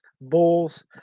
Bulls